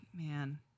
man